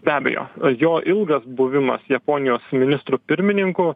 be abejo jo ilgas buvimas japonijos ministru pirmininku